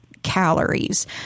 calories